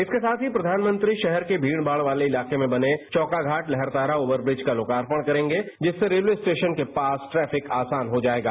इसके साथ ही प्रवानमंत्री शहर के भीड़भाड़ वाले इलाके में बने चौकाघाट तहरतारा ओवराब़िज का लोकार्पण करेंगे जिससे रेलवे स्टेशन के पास ट्रैफिक आसान हो जायेगा